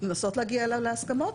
לנסות להגיע להסכמות,